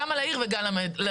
גם על העיר וגם על המדינה.